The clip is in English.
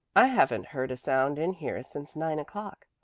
i haven't heard a sound in here since nine o'clock.